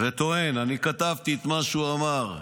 וטוען, אני כתבתי את מה שהוא אמר.